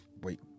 wait